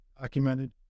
documented